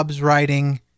writing